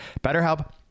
BetterHelp